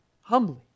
humbly